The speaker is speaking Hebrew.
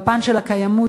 בפן של הקיימות,